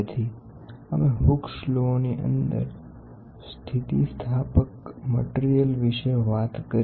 તેથી અમે હુક્સ લોની અંદર સ્થિતિસ્થાપક પદાર્થ વિશે વાત કરી